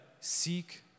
seek